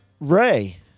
Ray